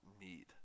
need